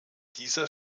dieser